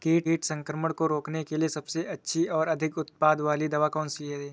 कीट संक्रमण को रोकने के लिए सबसे अच्छी और अधिक उत्पाद वाली दवा कौन सी है?